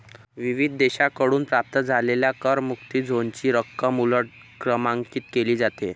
विविध देशांकडून प्राप्त झालेल्या करमुक्त झोनची रक्कम उलट क्रमांकित केली जाते